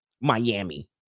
Miami